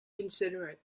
considerate